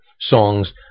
songs